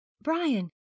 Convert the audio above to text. Brian